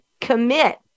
commit